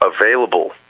available